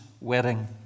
wedding